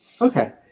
Okay